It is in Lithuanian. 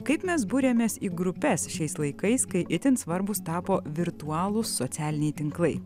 kaip mes buriamės į grupes šiais laikais kai itin svarbūs tapo virtualūs socialiniai tinklai